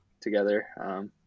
together